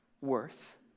worth